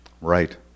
Right